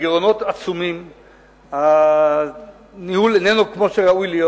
הגירעונות עצומים, הניהול איננו כמו שראוי להיות.